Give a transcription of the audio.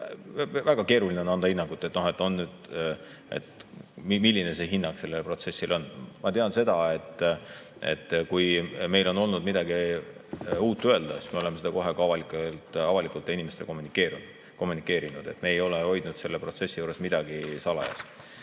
veel. Väga keeruline on [öelda], milline see hinnang sellele protsessile on. Ma tean seda, et kui meil on olnud midagi uut öelda, siis me oleme seda kohe avalikult inimestele kommunikeerinud, me ei ole hoidnud selle protsessi juures midagi salajas.